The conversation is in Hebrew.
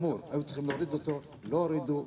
היו צריכים להוריד אותו, ולא הורידו.